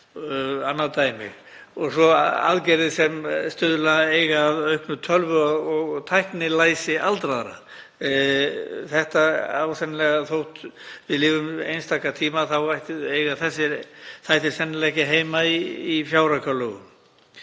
annað dæmi og svo aðgerðir sem stuðla eiga að auknu tölvu- og tæknilæsi aldraðra. Þótt við lifum einstaka tíma eiga þessir þættir sennilega ekki heima í fjáraukalögum.